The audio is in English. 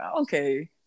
okay